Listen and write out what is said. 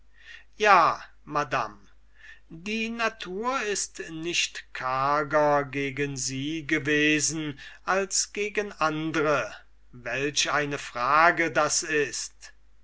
ja madam die natur ist nicht karger gegen sie gewesen als gegen andre welch eine frage das ist